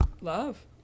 Love